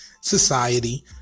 society